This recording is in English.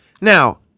Now